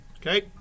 Okay